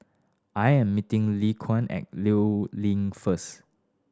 I am meeting Lekuan at Liu Link first